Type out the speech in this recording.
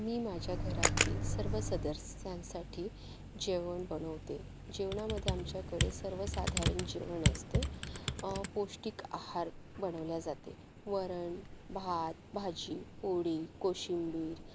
मी माझ्या घरातील सर्व सदस्यांसाठी जेवण बनवते जेवणामध्ये आमच्याकडे सर्वसाधारण जेवण असते पौष्टिक आहार बनवला जाते वरण भात भाजी पोळी कोशिंबीर